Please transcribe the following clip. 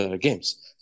games